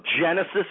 Genesis